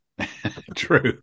True